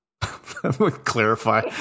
Clarify